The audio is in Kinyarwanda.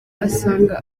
usanga